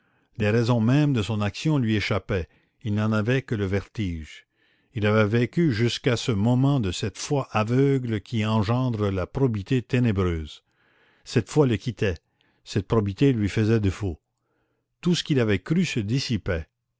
les raisons mêmes de son action lui échappaient il n'en avait que le vertige il avait vécu jusqu'à ce moment de cette foi aveugle qui engendre la probité ténébreuse cette foi le quittait cette probité lui faisait défaut tout ce qu'il avait cru se dissipait